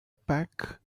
pack